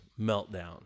meltdown